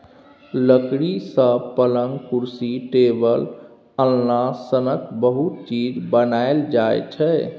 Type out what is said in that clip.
लकड़ी सँ पलँग, कुरसी, टेबुल, अलना सनक बहुत चीज बनाएल जाइ छै